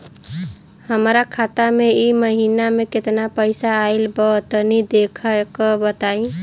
हमरा खाता मे इ महीना मे केतना पईसा आइल ब तनि देखऽ क बताईं?